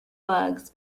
bugs